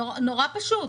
נורא פשוט.